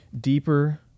Deeper